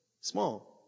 small